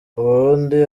ubundi